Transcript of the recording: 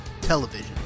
television